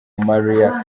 mariah